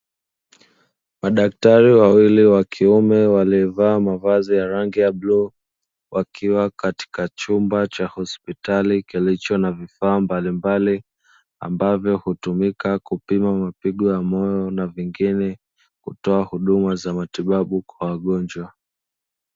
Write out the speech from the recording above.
Madaktari wawili wa kiume waliovalia mavazi ya bluu wakiwa katika chumba cha hospitali kilicho na vifaa mbalimbali, ambavyo hutumika kupima mapigo ya moyo na vingine kutoa huduma za matibabu kwa wagonjwa.